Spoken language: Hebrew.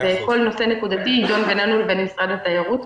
כל נושא נקודתי יידון בינינו לבין משרד התיירות,